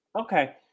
okay